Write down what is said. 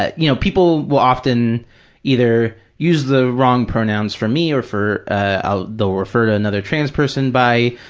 ah you know, people will often either use the wrong pronouns for me or for, ah they'll refer to another trans person by